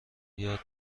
یاد